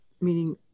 meaning